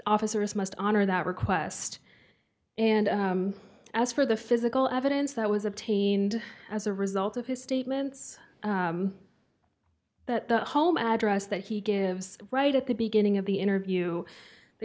officers must honor that request and as for the physical evidence that was obtained as a result of his statements that the home address that he gives right at the beginning of the interview the